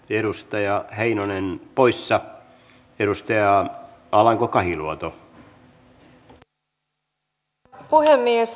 edustaja heinonen poissa edustaja alanko arvoisa puhemies